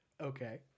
Okay